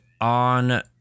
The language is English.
on